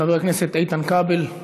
חבר הכנסת איתן כבל,